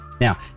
Now